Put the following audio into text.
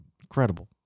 Incredible